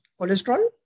cholesterol